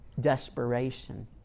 desperation